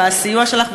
על הסיוע שלך.